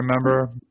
remember